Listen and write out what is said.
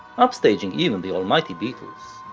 upstaging even the almighty beatles.